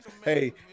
Hey